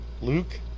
Luke